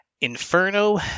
Inferno